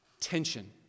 tension